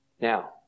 Now